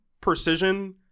precision